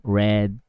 red